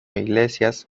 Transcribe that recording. iglesias